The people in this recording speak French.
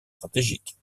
stratégiques